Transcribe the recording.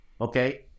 okay